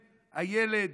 הילד,